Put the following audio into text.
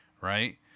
Right